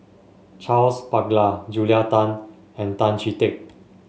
Charles Paglar Julia Tan and Tan Chee Teck